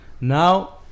now